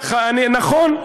נכון.